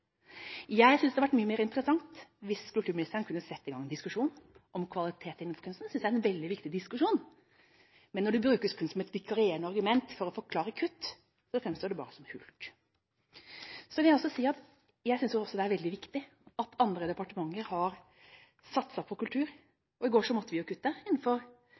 Jeg synes det ville vært mye mer interessant hvis kulturministeren kunne sette i gang en diskusjon om kvalitet innenfor kunsten – det synes jeg er en veldig viktig diskusjon – men når det brukes kun som et vikarierende argument for å forklare kutt, framstår det bare som hult. Så vil jeg også si: Jeg synes også det er veldig viktig at andre departementer har satset på kultur, og i går måtte vi jo kutte – innenfor